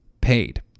paid